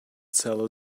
seller